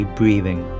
breathing